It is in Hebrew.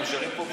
אנחנו נשארים פה,